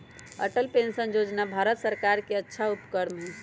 Atal pension Yojana Bharat सर्कार के अच्छा उपक्रम हई